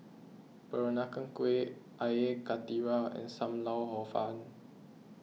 Peranakan Kueh Air Karthira and Sam Lau Hor Fun